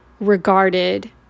regarded